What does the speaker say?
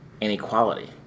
inequality